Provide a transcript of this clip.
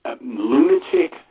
lunatic